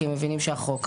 כי הם מבינים שזה החוק.